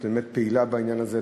את באמת פעילה בעניין הזה,